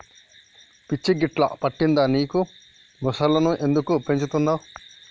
పిచ్చి గిట్టా పట్టిందా నీకు ముసల్లను ఎందుకు పెంచుతున్నవ్